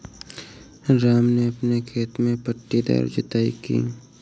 राम ने अपने खेत में पट्टीदार जुताई की